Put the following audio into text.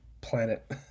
planet